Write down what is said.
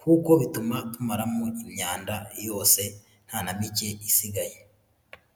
kuko bituma tumaramo imyanda yose nta na mike isigaye.